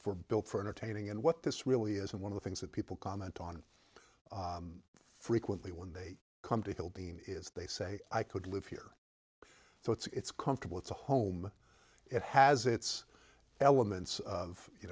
were built for entertaining and what this really isn't one of the things that people comment on frequently when they come to feel dean is they say i could live here so it's comfortable it's a home it has its elements of you